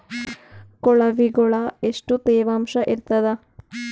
ಕೊಳವಿಗೊಳ ಎಷ್ಟು ತೇವಾಂಶ ಇರ್ತಾದ?